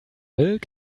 milk